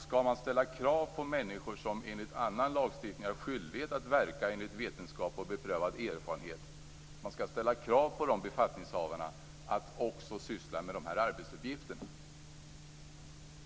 Skall man ställa krav på de befattningshavare som enligt annan lagstiftning har skyldighet att verka enligt vetenskap och beprövad erfarenhet att också syssla med dessa arbetsuppgifter?